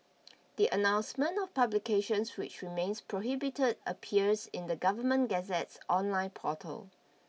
the announcement of publications which remains prohibited appears in the Government Gazette's online portal